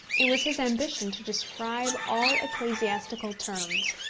it was his ambition to describe all ecclesiastical terms,